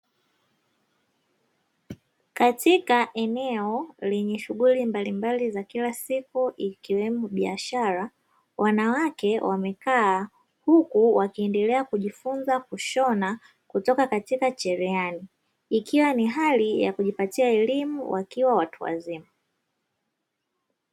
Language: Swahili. Katika eneo lenye shughuli mbalimbali za kila siku, ikiwemo biashara wanawake wamekaa, huku wakiendelea kujifunza kushona kutoka katika cherehani. ikiwa ni hali ya kujipatia elimu wakiwa watu wazima.